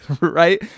Right